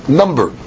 number